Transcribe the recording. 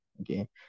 Okay